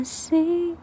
see